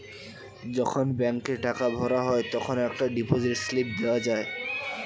যখন ব্যাংকে টাকা ভরা হয় তখন একটা ডিপোজিট স্লিপ দেওয়া যায়